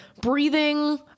breathing